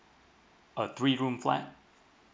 a three room flat